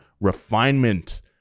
refinement